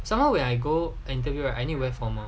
somehow when I go interview right I need wear formal